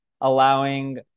allowing